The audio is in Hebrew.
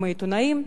העיתונאים,